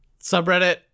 subreddit